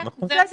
כן, זה הסיפור.